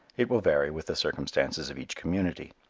it will vary with the circumstances of each community.